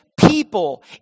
people